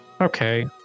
Okay